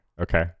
okay